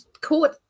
caught